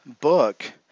book